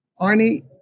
Arnie